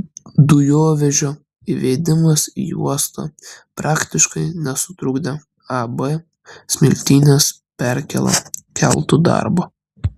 dujovežio įvedimas į uostą praktiškai nesutrukdė ab smiltynės perkėla keltų darbo